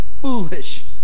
foolish